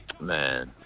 man